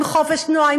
עם חופש תנועה,